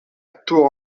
tours